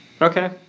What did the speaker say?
Okay